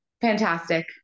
fantastic